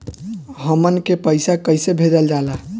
हमन के पईसा कइसे भेजल जाला?